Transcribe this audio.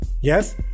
yes